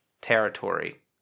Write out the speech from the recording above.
territory